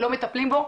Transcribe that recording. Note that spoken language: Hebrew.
לא מטפלים בו,